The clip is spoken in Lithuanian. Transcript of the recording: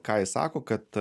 ką jis sako kad